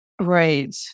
Right